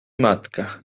matka